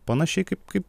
panašiai kaip kaip